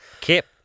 Kip